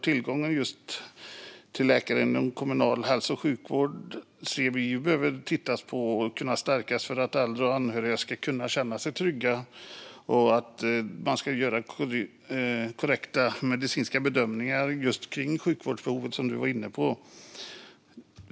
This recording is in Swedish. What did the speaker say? Tillgången till läkare inom kommunal hälso och sjukvård behöver, anser vi, tittas på och stärkas för att äldre och anhöriga ska kunna känna sig trygga och för att korrekta medicinska bedömningar av sjukvårdsbehovet ska kunna göras, som du var inne på.